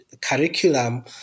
curriculum